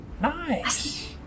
Nice